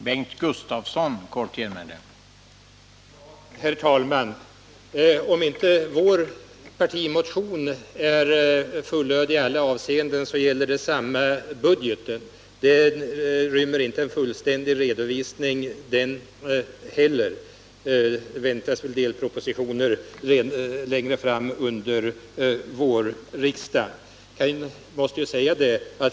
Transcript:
Herr talman! Om inte vår partimotion är fullödig i alla avseenden, så gäller detsamma budgeten. Den rymmer inte heller en fullständig redovisning. Det väntas en del propositioner längre fram under vårriksdagen.